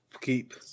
keep